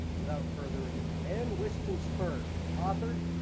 without further ado, ann whiston spirn. author,